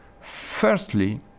Firstly